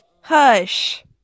Hush